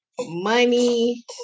money